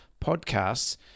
podcasts